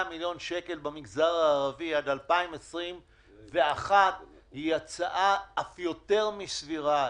מיליון שקל במגזר הערבי עד 2021 היא הצעה אף יותר מסבירה,